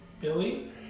Billy